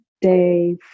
day